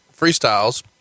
freestyles